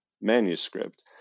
manuscript